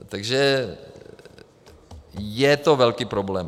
Takže je to velký problém.